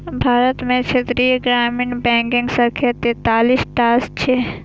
भारत मे क्षेत्रीय ग्रामीण बैंकक संख्या तैंतालीस टा छै